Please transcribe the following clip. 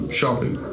shopping